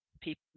people